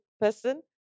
person